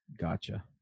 Gotcha